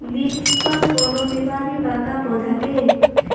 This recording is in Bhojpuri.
लीफ कल कौनो बीमारी बा का पौधा के?